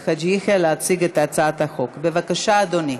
אנחנו עוברים להצעת החוק הבאה: הצעת חוק הביטוח הלאומי (תיקון,